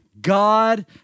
God